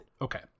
Okay